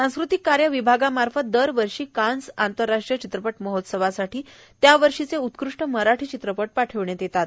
सांस्कृतिक कार्य विभागामार्फत दरवर्षी कांस आंतरराष्ट्रीय चित्रपट महोत्सवासाठी त्या वर्षीचे उत्कृष्ट मराठी चित्रपट पाठविण्यात येतात